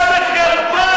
סגן השר לוי.